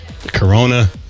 Corona